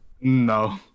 no